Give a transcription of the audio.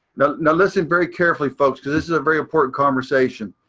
now listen very carefully, folks, because this is a very important conversation.